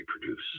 reproduce